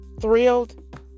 thrilled